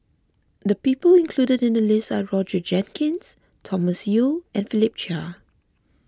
the people included in the list are Roger Jenkins Thomas Yeo and Philip Chia